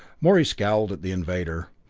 morey scowled at the invader.